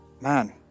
man